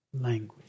language